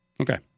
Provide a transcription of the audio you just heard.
Okay